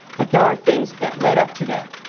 but there are things that led up to that.